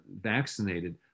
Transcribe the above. vaccinated